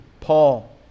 Paul